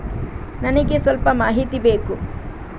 ನನಿಗೆ ಸ್ವಲ್ಪ ಮಾಹಿತಿ ಬೇಕು